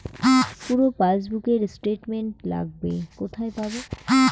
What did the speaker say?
পুরো পাসবুকের স্টেটমেন্ট লাগবে কোথায় পাব?